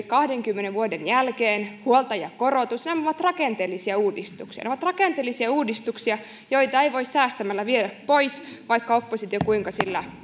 kahdenkymmenen vuoden jälkeen huoltajakorotus ovat rakenteellisia uudistuksia ne ovat rakenteellisia uudistuksia joita ei voi säästämällä viedä pois vaikka oppositio kuinka sillä